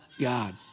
God